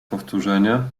powtórzenie